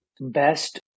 best